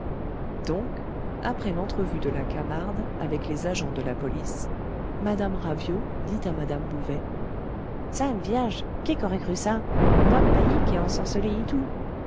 donc après l'entrevue de la camarde avec les agents de la police madame raviot dit à madame bouvet sainte vierge què qu'aurait cru ça not bailli qu'est ensorcelé itou